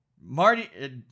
Marty